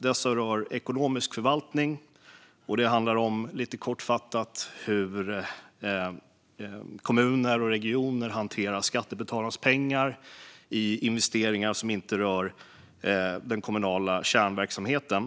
Dessa rör ekonomisk förvaltning, och det handlar lite kortfattat om hur kommuner och regioner hanterar skattebetalarnas pengar i investeringar som inte rör den kommunala kärnverksamheten.